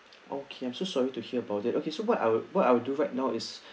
okay I'm so sorry to hear about it okay so what I would what I would do right now is